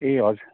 ए हजुर